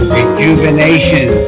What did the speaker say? Rejuvenation